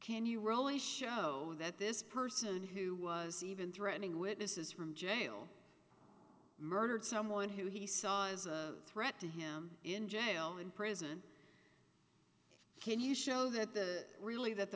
can you role is showing that this person who was even threatening witnesses from jail murdered someone who he saw as a threat to him in jail in prison can you show that the really that